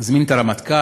נזמין את הרמטכ"ל,